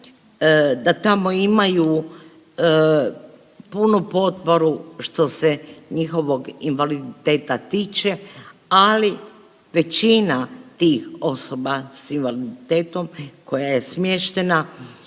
da tamo imaju punu potporu što se njihovog invaliditeta tiče, ali većina tih osoba s invaliditetom koja je smještana